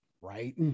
right